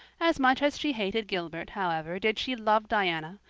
as much as she hated gilbert, however, did she love diana,